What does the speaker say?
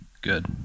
good